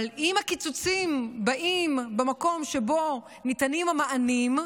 אבל אם הקיצוצים באים במקום שבו ניתנים המענים,